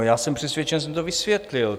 Já jsem přesvědčen, že jsem to vysvětlil.